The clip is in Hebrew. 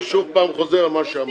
אני שוב פעם חוזר על מה שאמרתי.